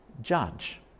judge